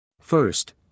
First